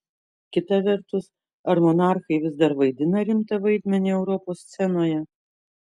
kita vertus ar monarchai vis dar vaidina rimtą vaidmenį europos scenoje